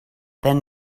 then